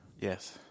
Yes